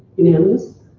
unanimous,